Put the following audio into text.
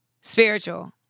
Spiritual